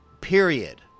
period